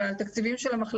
אלא על התקציבים של המחלקה,